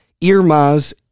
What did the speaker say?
Irmas